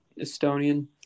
Estonian